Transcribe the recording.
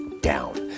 down